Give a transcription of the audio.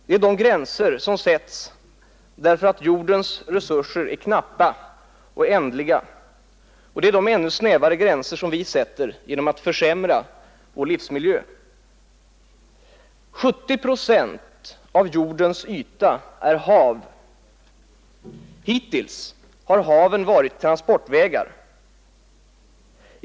Det är de gränser som sätts därför att jordens resurser är knappa och ändliga och de ännu snävare gränser som vi sätter genom att försämra vår livsmiljö. 70 procent av jordens yta är hav. Hittills har haven varit transportvägar.